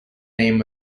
name